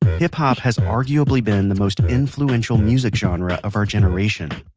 hip hop has arguably been the most influential music genre of our generation